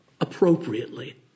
appropriately